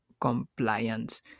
compliance